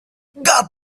god